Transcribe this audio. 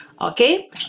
okay